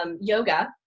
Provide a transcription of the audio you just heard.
yoga